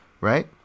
right